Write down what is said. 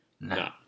No